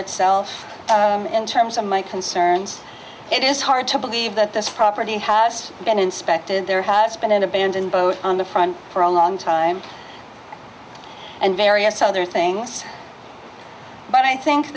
itself in terms of my concerns it is hard to believe that this property has been inspected there has been an abandoned both on the front for a long time and various other things but i think